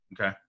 Okay